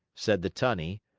said the tunny,